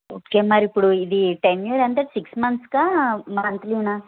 okay మరి ఇప్పుడు ఇది టెన్యూర్ ఎంత సిక్స్ మంత్స్కా మంత్లీనా